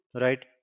right